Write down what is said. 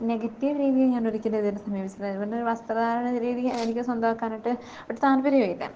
negative രീതിയിൽ ഞാനൊരിക്കലും ഇതിനെ സമീപിച്ചിട്ടില്ല ഇവിടുന്നൊരു വസ്ത്രധാരണ രീതി എനിക്ക് സ്വന്തമാക്കാനായിട്ട് ഒരു താല്പര്യവും ഇല്ല